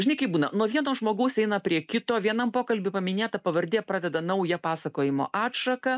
žinai kaip būna nuo vieno žmogaus eina prie kito vienam pokalby paminėta pavardė pradeda naują pasakojimo atšaką